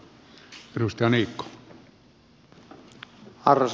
arvoisa puhemies